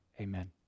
Amen